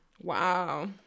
Wow